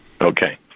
okay